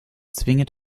zwingend